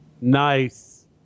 Nice